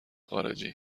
خارجی